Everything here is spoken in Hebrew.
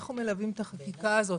אנחנו מלווים את החקיקה הזאת,